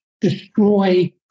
destroy